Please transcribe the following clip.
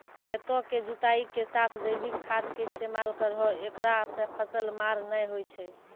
खेतों के जुताई के साथ जैविक खाद के इस्तेमाल करहो ऐकरा से फसल मार नैय होय छै?